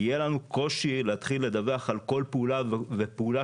יהיה לנו קושי להתחיל לדווח על כל פעולה ופעולה